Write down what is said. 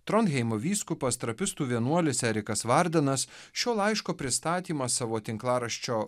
tronheimo vyskupas trapistų vienuolis erikas vardanas šio laiško pristatymą savo tinklaraščio